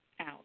Out